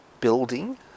building